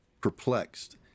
perplexed